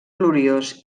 gloriós